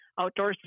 outdoor